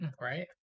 Right